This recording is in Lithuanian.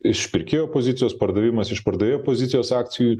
iš pirkėjo pozicijos pardavimas iš pardavėjo pozicijos akcijų